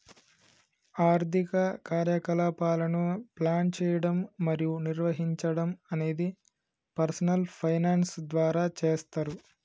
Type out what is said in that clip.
ఆర్థిక కార్యకలాపాలను ప్లాన్ చేయడం మరియు నిర్వహించడం అనేది పర్సనల్ ఫైనాన్స్ ద్వారా చేస్తరు